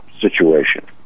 situation